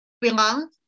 belong